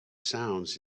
sounds